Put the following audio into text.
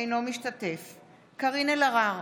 אינו משתתף בהצבעה קארין אלהרר,